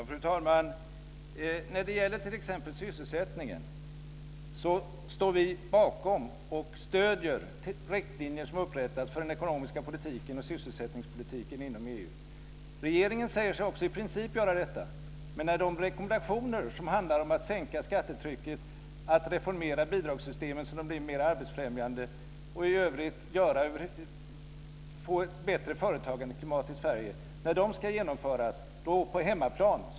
Fru talman! När det gäller t.ex. sysselsättningen står vi bakom och stöder de riktlinjer som upprättats för den ekonomiska politiken och sysselsättningspolitiken inom EU. Regeringen säger sig också i princip göra detta, men när de rekommendationer ska genomföras som handlar om att sänka skattetrycket, att reformera bidragssystemet så att det blir mer arbetsfrämjande och i övrigt få ett bättre företagandeklimat i Sverige, då sviker man på hemmaplan.